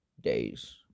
days